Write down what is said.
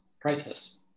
priceless